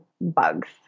bugs